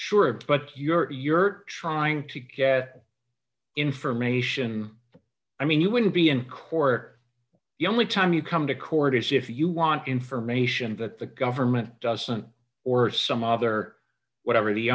sure but you're you're trying to get information i mean you wouldn't be in court the only time you come to court is if you want information that the government doesn't or some other whatever the